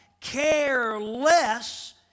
careless